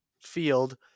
field